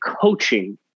coaching